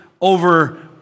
over